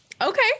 Okay